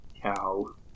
cow